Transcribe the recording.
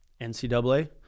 NCAA